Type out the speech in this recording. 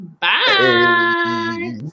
Bye